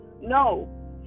No